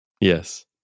Yes